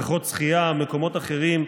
בריכות שחייה ומקומות אחרים,